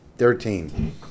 Thirteen